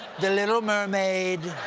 the little mermaid,